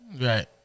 Right